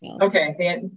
Okay